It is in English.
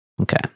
Okay